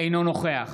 אינו נוכח